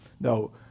No